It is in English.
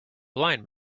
blind